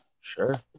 Sure